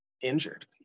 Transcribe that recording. injured